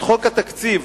חוק התקציב,